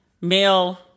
male